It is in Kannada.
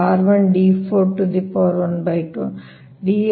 ಆಗಿರುತ್ತದೆ